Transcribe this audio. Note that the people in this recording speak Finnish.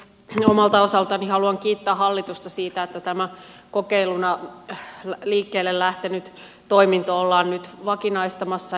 no omalta osaltani haluan kiittää hallitusta siitä että tämä kokeiluna liikkeelle lähtenyt toiminto ollaan nyt vakinaistamassa